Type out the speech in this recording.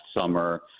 summer